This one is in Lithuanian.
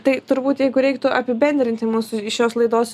tai turbūt jeigu reiktų apibendrinti mūsų i iš jos laidos